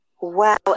Wow